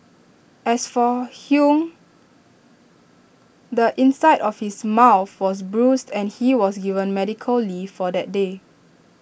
as for hung the inside of his mouth was bruised and he was given medical leave for that day